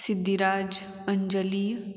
Siddhiraj Anjali